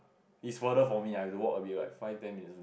it's further for me I have to walk a bit right five ten minutes only